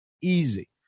easy